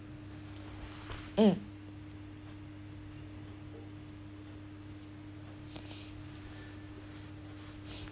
mm